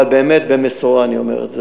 אבל באמת במשורה אני אומר את זה.